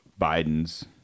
Biden's